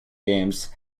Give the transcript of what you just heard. games